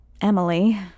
Emily